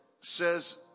says